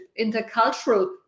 Intercultural